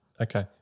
Okay